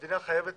המדינה חייבת